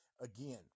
again